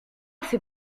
fait